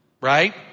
Right